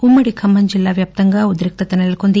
ఉమ్మడి ఖమ్మం జిల్లా వ్యాప్తంగా ఉధ్రిక్తత నెలకొంది